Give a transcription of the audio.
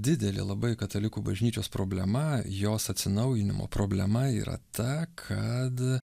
didelė labai katalikų bažnyčios problema jos atsinaujinimo problema yra ta kad